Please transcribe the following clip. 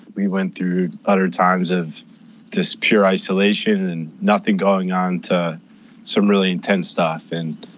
we went through utter times of just pure isolation and nothing going on, to some really intense stuff. and